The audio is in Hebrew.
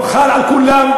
שזה חל על כולם.